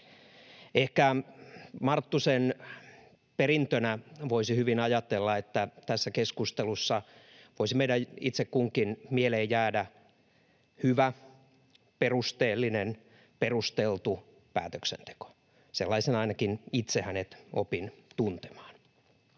Ehkä Marttusen perintönä voisi hyvin ajatella, että tässä keskustelussa voisi meidän itse kunkin mieleen jäädä hyvä, perusteellinen, perusteltu päätöksenteko. Sellaisena ainakin itse hänet opin tuntemaan.